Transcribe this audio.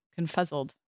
confuzzled